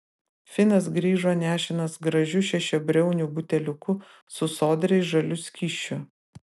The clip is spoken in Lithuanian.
finas grįžo nešinas gražiu šešiabriauniu buteliuku su sodriai žaliu skysčiu